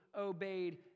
obeyed